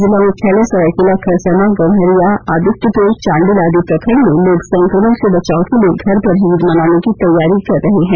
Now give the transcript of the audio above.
जिला मुख्यालय सरायकेला खरसावां गम्हरिया आदित्यपुर चांडिल आदि प्रखंड में लोग संकमण से बचाव के लिए घर पर ही ईद मनाने की तैयारी कर रहे हैं